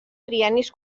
triennis